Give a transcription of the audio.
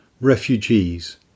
refugees